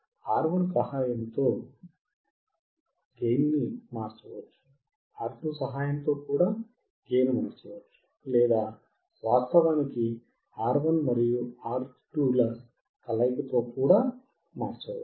R1 సహాయంతో gain మార్చవచ్చు R2 సహాయంతో కూడా గెయిన్ మార్చవచ్చు లేదా వాస్తవానికి R1 మరియు R2 కలయికతో కూడా మార్చవచ్చు